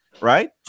Right